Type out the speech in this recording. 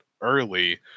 early